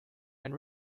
and